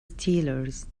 steelers